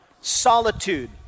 Solitude